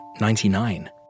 Ninety-nine